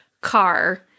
car